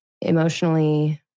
emotionally